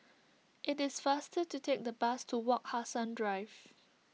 it is faster to take the bus to Wak Hassan Drive